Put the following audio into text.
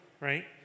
right